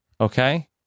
Okay